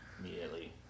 immediately